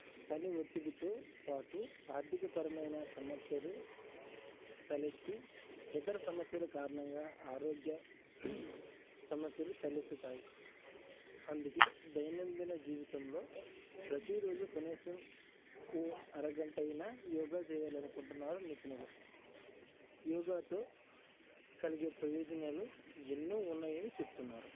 పని ఒత్తిడితో పాటు ఆర్థికపరమైన సమస్యలు తలెత్తి ఇతర సమస్యల కారణంగా ఆరోగ్య సమస్యలు తలెత్తుతాయి అందుకే దైైనందిన జీవితంలో ప్రతీరోజూ కనీసం ఓ అరగంట అయినా యోగా చేయాలి అనుకుంటున్నారు నిపుణులు యోగాతో కలిగే ప్రయోజనాలు ఎన్నో ఉన్నాయని చెప్తున్నారు